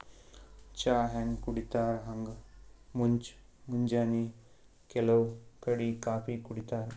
ಚಾ ಹ್ಯಾಂಗ್ ಕುಡಿತರ್ ಹಂಗ್ ಮುಂಜ್ ಮುಂಜಾನಿ ಕೆಲವ್ ಕಡಿ ಕಾಫೀ ಕುಡಿತಾರ್